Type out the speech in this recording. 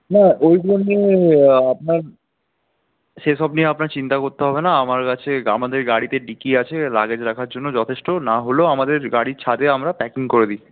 না ওইগুলো নিয়ে আপনার সেই সব নিয়ে আপনার চিন্তা করতে হবে না আমার কাছে আমাদের গাড়িতে ডিকি আছে লাগেজ রাখার জন্য যথেষ্ট না হলেও আমাদের গাড়ির ছাদে আমরা প্যাকিং করে দিই